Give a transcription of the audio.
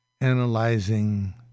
analyzing